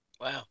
wow